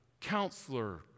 counselor